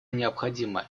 необходимо